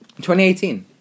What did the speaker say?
2018